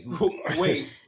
wait